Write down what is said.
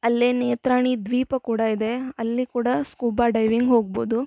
ಅಲ್ಲೇ ನೇತ್ರಾಣಿ ದ್ವೀಪ ಕೂಡ ಇದೆ ಅಲ್ಲಿ ಕೂಡ ಸ್ಕೂಬಾ ಡೈವಿಂಗ್ ಹೋಗ್ಬೊದು